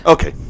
Okay